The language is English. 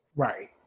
Right